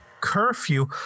curfew